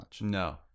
No